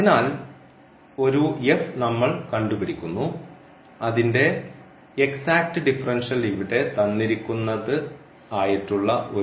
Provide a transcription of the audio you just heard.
അതിനാൽ ഒരു നമ്മൾ കണ്ടു പിടിക്കുന്നു അതിൻറെ എക്സാറ്റ് ഡിഫറൻഷ്യൽ ഇവിടെ തന്നിരിക്കുന്നത് ആയിട്ടുള്ള ഒരു